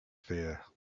fear